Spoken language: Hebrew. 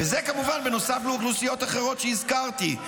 וזה כמובן בנוסף לאוכלוסיות אחרות שהזכרתי,